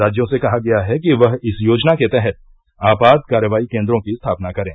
राज्यों से कहा गया है कि वह इस योजना के तहत आपात कार्रवाई केन्द्रों की स्थापना करें